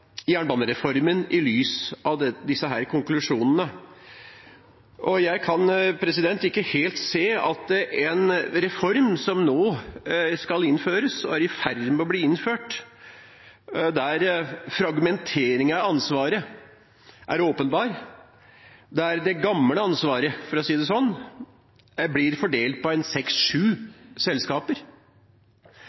jernbanereformen i lys av disse konklusjonene. Jeg kan ikke helt se for meg en reform – som nå skal innføres og er i ferd med å bli innført – der fragmenteringen av ansvaret er åpenbar, og der det gamle ansvaret, for å si det sånn, blir fordelt på